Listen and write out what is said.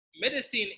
medicine